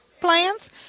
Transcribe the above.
plans